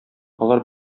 алар